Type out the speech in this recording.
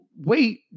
wait